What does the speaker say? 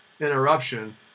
interruption